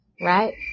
right